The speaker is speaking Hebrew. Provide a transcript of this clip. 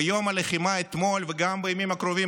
ביום הלחימה אתמול וגם בימים הקרובים,